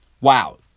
Wow